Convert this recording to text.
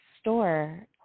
store